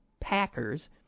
Packers